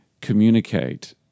communicate